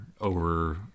over